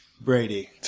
Brady